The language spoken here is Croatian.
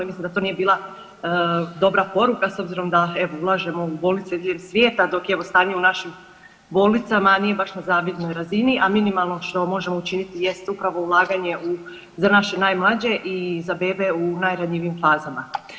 Mislim da to nije dobra poruka s obzirom da evo ulažemo u bolnice diljem svijeta dok je evo stanje u našim bolnicama nije baš na zavidnoj razini, a minimalno što možemo učiniti jest upravo ulaganje za naše najmlađe i za bebe u najranjivijim fazama.